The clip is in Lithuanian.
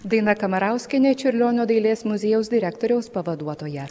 daina kamarauskienė čiurlionio dailės muziejaus direktoriaus pavaduotoja